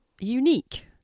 unique